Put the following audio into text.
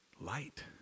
Light